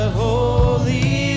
holy